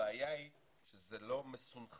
הבעיה היא שזה לא מסונכרן